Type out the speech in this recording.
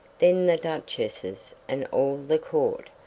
then the duchesses and all the court,